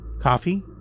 Coffee